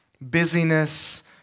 busyness